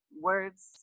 words